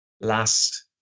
last